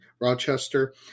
Rochester